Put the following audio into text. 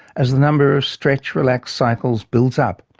as the number of stretch relax cycles builds up,